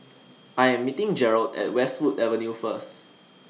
I Am meeting Jerold At Westwood Avenue First